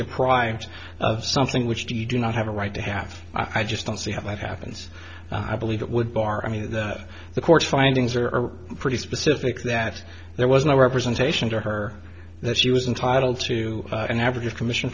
deprived of something which do you do not have a right to have i just don't see how that happens i believe it would bar i mean the court's findings are pretty specific that there was no representation to her that she was entitled to an average of commission